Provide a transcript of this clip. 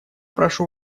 прошу